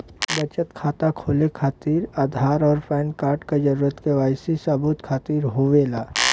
बचत खाता खोले खातिर आधार और पैनकार्ड क जरूरत के वाइ सी सबूत खातिर होवेला